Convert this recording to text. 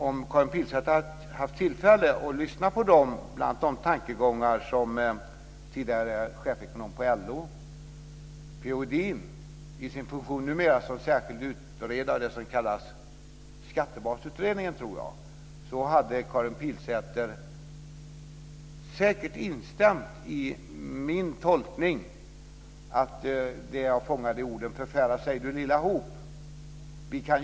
Om Karin Pilsäter hade haft tillfälle att lyssna på bl.a. tankegångarna hos tidigare chefsekonomen på LO, P-O Edin, numera med funktion som särskild utredare i det som kallas Skattebasutredningen, hade Karin Pilsäter säkert instämt i min tolkning, som jag fångade i orden: Förfäras ej, du lilla hop.